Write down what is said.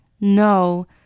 No